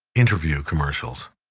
interview commercials,